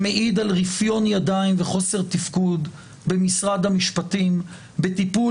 שמעיד על רפיון ידיים וחוסר תפקוד במשרד המשפטים בטיפול